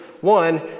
One